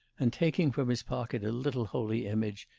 and taking from his pocket a little holy image,